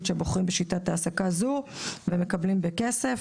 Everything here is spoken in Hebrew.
שבוחרים בשיטת העסקה זו ומקבלים בכסף,